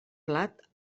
plat